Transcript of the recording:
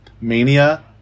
Mania